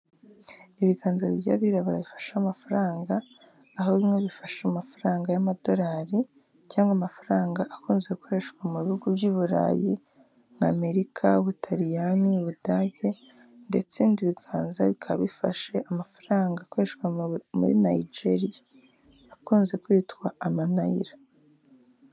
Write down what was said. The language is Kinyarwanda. Ibiganza by'abirabura bifasha amafaranga aho bimwe bifasha amafaranga y'amadorari cyangwa amafaranga akunze gukoreshwa mu bihugu by' i Burayi nk'Amerika, Ubutaliyani, Ubudage ndetse ibindi ibiganza bikaba bifashe amafaranga akoreshwa muri Niyigeriya akunze kwitwa amanayila.